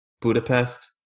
Budapest